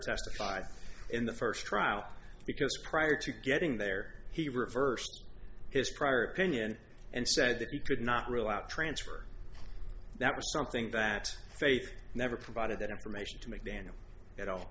testified in the first trial because prior to getting there he reversed his prior opinion and said that he could not rule out transfer that was something that faith never provided that information to m